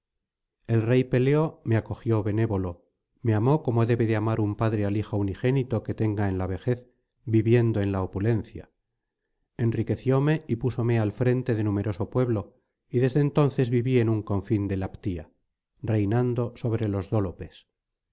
el rey peleo me acogió benévolo me amo como debe de amar un padre al hijo unigénito que tenga en la vejez viviendo en la opulencia enriquecióme y púsome al frente de numeroso pueblo y desde entonces viví en un confín de la ptía reinando sobre los